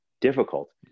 difficult